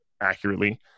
accurately